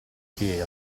che